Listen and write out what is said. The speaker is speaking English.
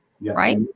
right